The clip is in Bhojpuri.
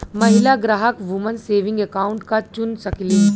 महिला ग्राहक वुमन सेविंग अकाउंट क चुन सकलीन